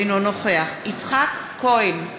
אינו נוכח יצחק כהן,